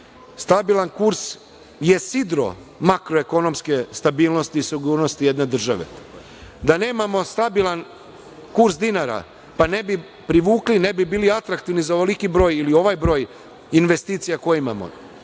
Stabilan kurs je sidro makroekonomske stabilnosti i sigurnosti jedne države. Da nemamo stabilan kurs dinara, pa ne bi privukli i ne bi bili atraktivni za ovoliko broj ili ovaj broj investicija koje imamo,